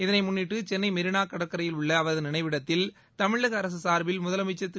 இதனை முன்னிட்டு சென்னை மெரினா கடற்கரையில் உள்ள அவரது நினைவிடத்தில் தமிழக அரசு சார்பில் முதலமைச்சர் திரு